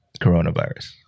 coronavirus